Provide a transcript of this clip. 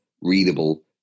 readable